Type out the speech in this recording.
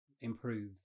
improve